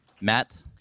Matt